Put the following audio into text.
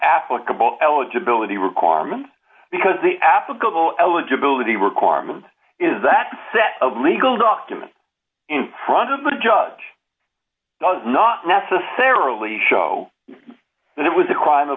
applicable eligibility requirements because the applicable eligibility requirement is that the set of legal documents in front of the judge does not necessarily show that it was a crime of